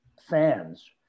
fans